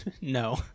No